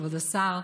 כבוד השר,